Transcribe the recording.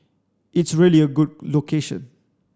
it's really a good location